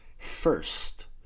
first